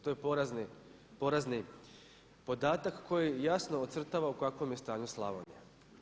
To je porazni podatak koji jasno ocrtava u kakvom je stanju Slavonija.